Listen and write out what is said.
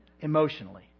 emotionally